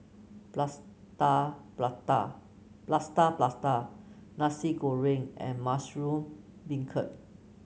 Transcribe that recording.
Plaster Prata plaster plaster Nasi Goreng and Mushroom Beancurd